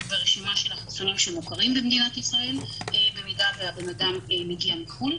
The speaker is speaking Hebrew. ורשימה של החיסונים שמוכרים במדינת ישראל אם בן-אדם מגיע מחו"ל.